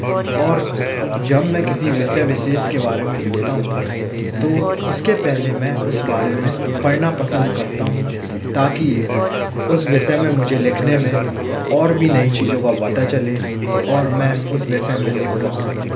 और जब मैं किसी विषय विशेष के बारे में लिखता हूँ तो उसके पहले मैं उस बारे में पढ़ना पसंद करता हूँ ताकि उस विषय में मुझे लिखने में और भी नई चीज़ों का पता चले और मैं उस विषय में लिख पाऊँ